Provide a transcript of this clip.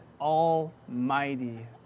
almighty